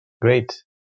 Great